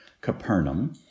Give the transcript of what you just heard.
Capernaum